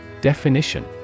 Definition